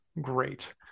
great